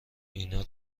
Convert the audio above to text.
اینا